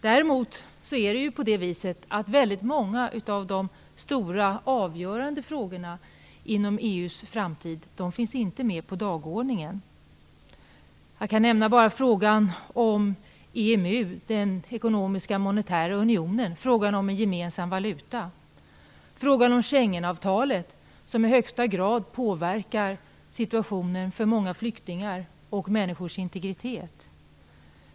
Däremot är det väldigt många av de stora, avgörande frågorna om EU:s framtid som inte finns med på dagordningen. Jag kan bara nämna frågan om EMU, den ekonomiska och monetära unionen, frågan om en gemensam valuta och frågan om Schengenavtalet, som i högsta grad påverkar situationen för många flyktingar och människors integritet.